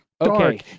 Okay